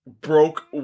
Broke